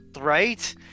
right